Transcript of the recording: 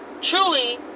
truly